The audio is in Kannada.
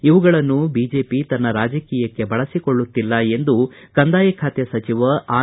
ಇವುಗಳನ್ನು ಬಿಜೆಪಿ ತನ್ನ ರಾಜಕೀಯಕ್ಕೆ ಬಳಸಿಕೊಳ್ಳುತ್ತಿಲ್ಲ ಎಂದು ಕಂದಾಯ ಖಾತೆ ಸಚಿವ ಆರ್